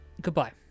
Goodbye